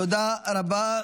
תודה רבה.